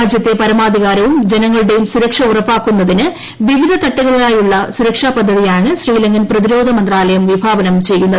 രാജ്യത്തെ പരമാധികാരവും ജനങ്ങളുടെയും സുരക്ഷ ഉറപ്പാക്കുന്നതിന് വിവിധ തട്ടുകളിലായുള്ള സുരക്ഷാ പദ്ധതിയാണ് ശ്രീലങ്കൻ പ്രതിരോധ മന്ത്രാലയം വിഭാവനം ചെയ്യുന്നത്